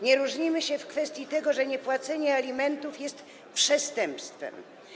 Nie różnimy się w kwestii tego, że niepłacenie alimentów jest przestępstwem.